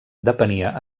depenia